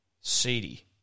seedy